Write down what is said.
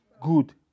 Good